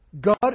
God